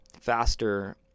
faster